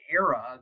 era